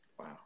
wow